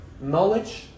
knowledge